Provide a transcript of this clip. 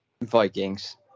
Vikings